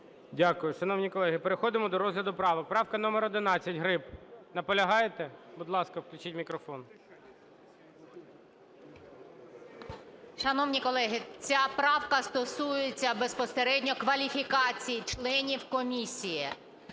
Дякую. Шановні колеги, переходимо до розгляду правок. Правка номер 11, Гриб. Наполягаєте? Будь ласка, включіть мікрофон. 13:41:49 ГРИБ В.О. Шановні колеги, ця правка стосується безпосередньо кваліфікацій членів комісії.